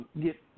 get